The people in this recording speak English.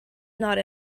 not